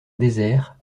désert